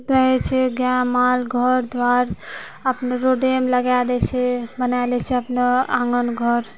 रहै छै गाय माल घर दुआर अपन रोडेमे लगा दै छै बना लै छै अपन आँगन घर